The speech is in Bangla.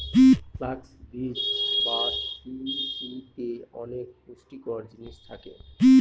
ফ্লাক্স বীজ বা তিসিতে অনেক পুষ্টিকর জিনিস থাকে